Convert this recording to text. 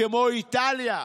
כמו איטליה.